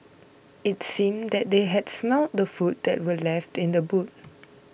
it seemed that they had smelt the food that were left in the boot